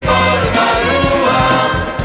ברוח!